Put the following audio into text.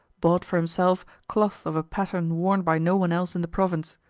bought for himself cloth of a pattern worn by no one else in the province,